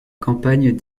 campagne